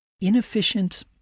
inefficient